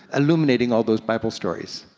illuminating all those bible stories.